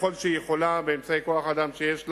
ככל שהיא יכולה, באמצעי כוח-האדם שיש לה.